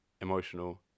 emotional